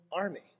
army